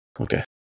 Okay